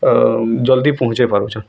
ଜଲ୍ଦି ପହଞ୍ଚେଇ ପାରୁଛନ୍